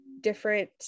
different